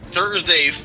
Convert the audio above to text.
Thursday